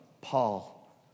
Paul